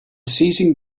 seizing